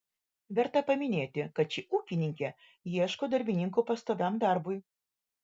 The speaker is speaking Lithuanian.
verta paminėti kad ši ūkininkė ieško darbininkų pastoviam darbui